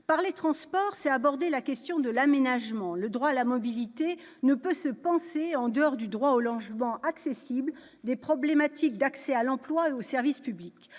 Parler transports, c'est aborder la question de l'aménagement. Le droit à la mobilité ne peut se penser en dehors du droit au logement accessible ni des problématiques d'accès à l'emploi et aux services publics.